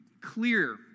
clear